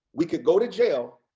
we could go to jail,